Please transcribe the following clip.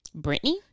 Britney